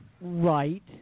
Right